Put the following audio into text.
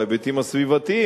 בהיבטים הסביבתיים,